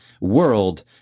world